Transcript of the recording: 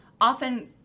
often